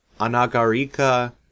Anagarika